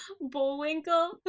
bullwinkle